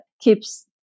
keeps